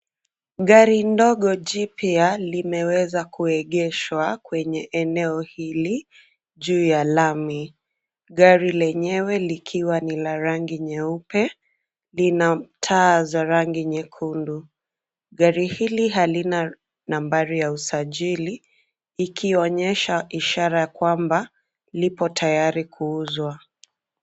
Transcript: Gari dogo jipya limeweza kuegeshwa kwenye eneo hili juu ya lami. Gari lenyewe likiwa ni la rangi nyeupe. Lina taa za rangi nyekundu. Gari hili halina nambari ya usajili ikionyesha ishara kwamba lipo tayari kuuzwa.